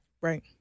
Right